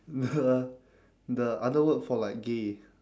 the the other word for like gay